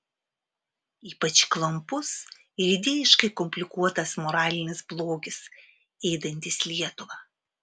ypač klampus ir idėjiškai komplikuotas moralinis blogis ėdantis lietuvą